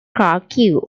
kharkiv